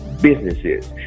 businesses